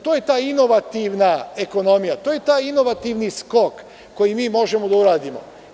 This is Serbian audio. To je ta inovativna ekonomija, to je taj inovativni skok koji mi možemo da uradimo.